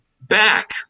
back